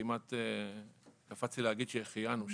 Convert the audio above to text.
כמעט קפץ לי להגיד "שהחיינו",